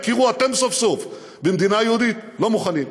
תכירו אתם סוף-סוף במדינה יהודית, לא מוכנים,